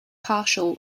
partial